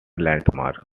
landmark